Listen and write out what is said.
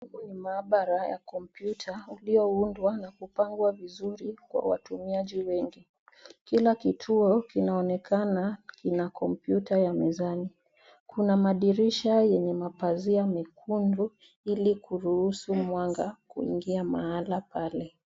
Huku ni Maabara ya kompyuta ulioundwa na kupangwa vizuri kwa watumiaji wengi. Kila kituo kinaonekana kina kompyuta ya mezani . Kuna madirisha yenye mapazia mekundu, ili kuruhusu mwanga kuingia mahala pale.